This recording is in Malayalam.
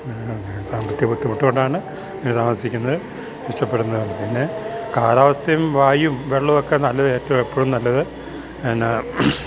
സാമ്പത്തിക ബുദ്ധിമുട്ട് കൊണ്ടാണ് താമസിക്കുന്നത് ഇഷ്ടപ്പെടുന്നത് പിന്നെ കാലാവസ്ഥയും വായും വെള്ളം ഒക്കെ നല്ലത് ഏറ്റവും എപ്പോഴും നല്ലത് എന്നാ